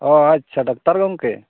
ᱳ ᱟᱪᱪᱷᱟ ᱰᱟᱠᱛᱟᱨ ᱜᱚᱢᱠᱮ